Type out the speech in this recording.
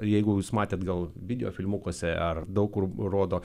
jeigu jūs matėt gal video filmukuose ar daug kur rodo